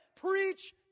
Preach